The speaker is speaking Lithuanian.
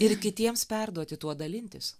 ir kitiems perduoti tuo dalintis